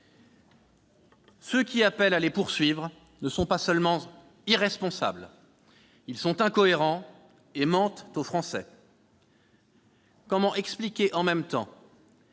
Ceux qui appellent à les prolonger sont non seulement irresponsables, mais aussi incohérents. Ils mentent aux Français. Comment expliquer « en même temps »